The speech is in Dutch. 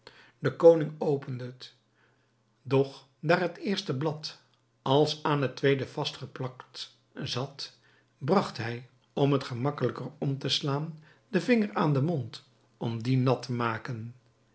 de koning opende het doch daar het eerste blad als aan het tweede vastgeplakt zat bragt hij om het gemakkelijker om te slaan den vinger aan den mond om dien nat te maken